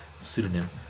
pseudonym